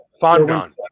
fondant